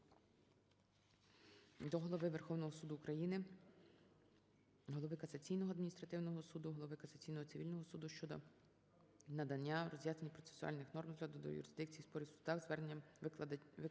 до Голови Верховного Суду України, Голови Касаційного адміністративного суду , Голови Касаційного цивільного суду щодо надання роз'яснення процесуальних норм розгляду юрисдикції спорів в судах за зверненнями вкладників